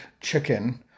chicken